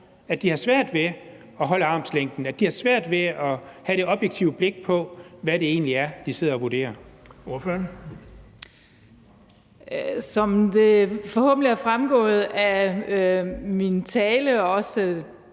at de har svært ved at holde armslængden; at de har svært ved at have det objektive blik på, hvad det egentlig er, de sidder og vurderer. Kl. 12:11 Den fg. formand (Erling